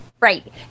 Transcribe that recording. Right